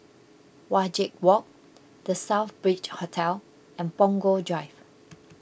Wajek Walk the Southbridge Hotel and Punggol Drive